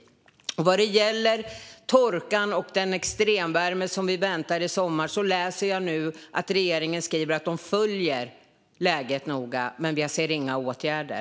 Vad gäller torkan och den extremvärme som väntar i sommar har jag läst att regeringen följer läget noga, men jag ser inga åtgärder.